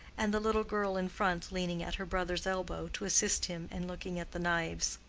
and the little girl in front leaning at her brother's elbow to assist him in looking at the knives.